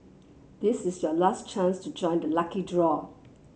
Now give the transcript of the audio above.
this is your last chance to join the lucky draw